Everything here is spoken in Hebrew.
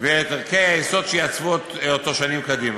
ואת ערכי היסוד שיעצבו אותו שנים קדימה.